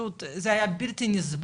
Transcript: פשוט זה היה בלתי נסבל,